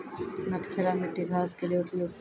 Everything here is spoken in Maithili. नटखेरा मिट्टी घास के लिए उपयुक्त?